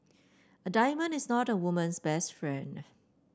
a diamond is not a woman's best friend